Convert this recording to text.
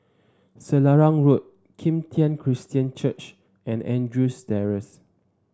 Selarang Road Kim Tian Christian Church and Andrews Terrace